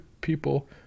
people